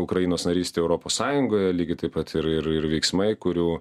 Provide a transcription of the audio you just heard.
ukrainos naryste europos sąjungoje lygiai taip pat ir ir ir veiksmai kurių